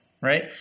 right